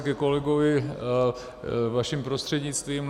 Ke kolegovi vaším prostřednictvím.